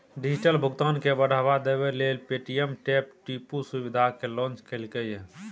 digital भुगतान केँ बढ़ावा देबै लेल पे.टी.एम टैप टू पे सुविधा केँ लॉन्च केलक ये